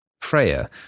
Freya